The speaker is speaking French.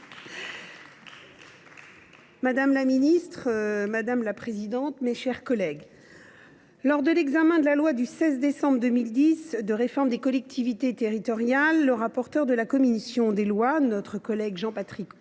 Madame la présidente, madame la ministre, mes chers collègues, lors de l’examen de la loi du 16 décembre 2010 de réforme des collectivités territoriales, le rapporteur de la commission des lois, notre ancien collègue Jean Patrick Courtois,